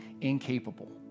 incapable